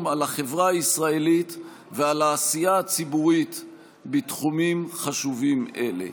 על החברה הישראלית ועל העשייה הציבורית בתחומים חשובים אלה.